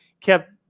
kept